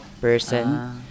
person